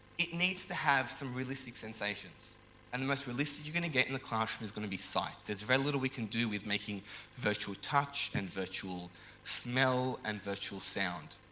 it needs to have some realistic sensations and the most realistic you're going to get in the classroom is going to be sight, there's very little we can do with making virtual touch and virtual smell and virtual sound.